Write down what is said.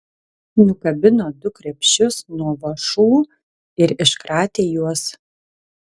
nukabino du krepšius nuo vąšų ir iškratė juos